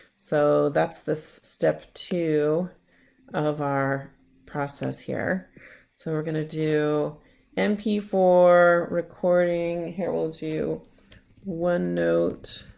so that's this step two of our process here so we're gonna do m p four recording, here'll to onenote